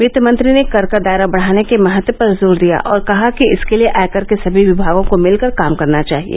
वित्तमंत्री ने कर का दायरा बढ़ाने के महत्व पर जोर दिया और कहा कि इसके लिए आयकर के समी विमागों को मिलकर काम करना चाहिए